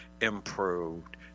improved